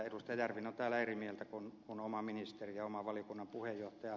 järvinen on täällä eri mieltä kuin oma ministeri ja oma valiokunnan puheenjohtaja